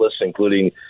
including